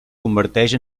converteix